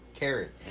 carrot